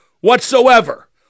whatsoever